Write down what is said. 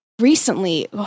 recently